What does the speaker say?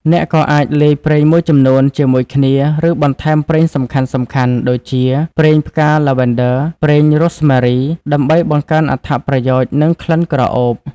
អ្នកក៏អាចលាយប្រេងមួយចំនួនជាមួយគ្នា ឬបន្ថែមប្រេងសំខាន់ៗ (ដូចជាប្រេងផ្កាឡាវេនឌឺ ប្រេងរ៉ូស្មែរី) ដើម្បីបង្កើនអត្ថប្រយោជន៍ និងក្លិនក្រអូប។